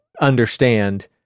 understand